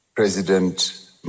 President